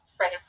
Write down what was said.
Right